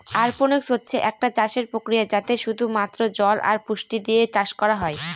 অরপনিক্স হচ্ছে একটা চাষের প্রক্রিয়া যাতে শুধু মাত্র জল আর পুষ্টি দিয়ে চাষ করা হয়